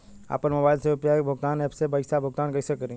आपन मोबाइल से यू.पी.आई भुगतान ऐपसे पईसा भुगतान कइसे करि?